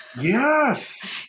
yes